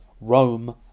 Rome